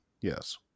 Yes